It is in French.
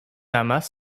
amas